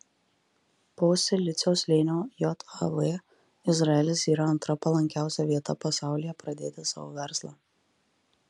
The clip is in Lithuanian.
po silicio slėnio jav izraelis yra antra palankiausia vieta pasaulyje pradėti savo verslą